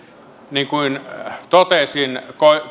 niin kuin totesin